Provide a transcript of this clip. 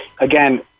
again